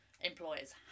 employers